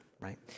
right